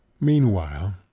Meanwhile